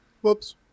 Whoops